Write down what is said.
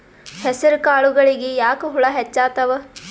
ಹೆಸರ ಕಾಳುಗಳಿಗಿ ಯಾಕ ಹುಳ ಹೆಚ್ಚಾತವ?